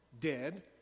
dead